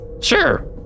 sure